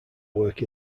work